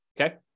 okay